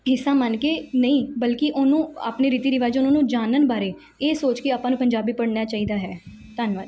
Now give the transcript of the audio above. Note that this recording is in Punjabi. ਹਿੱਸਾ ਮੰਨ ਕੇ ਨਹੀਂ ਬਲਕਿ ਉਹਨੂੰ ਆਪਣੇ ਰੀਤੀ ਰਿਵਾਜ਼ਾਂ ਨੂੰ ਉਹਨੂੰ ਜਾਣਨ ਬਾਰੇ ਇਹ ਸੋਚ ਕੇ ਆਪਾਂ ਨੂੰ ਪੰਜਾਬੀ ਪੜ੍ਹਨਾ ਚਾਹੀਦਾ ਹੈ ਧੰਨਵਾਦ